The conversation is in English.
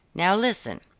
now listen,